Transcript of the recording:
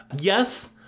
Yes